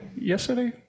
yesterday